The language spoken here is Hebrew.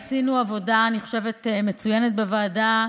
ואני חושבת שעשינו עבודה מצוינת בוועדה,